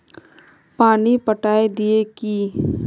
पानी पटाय दिये की?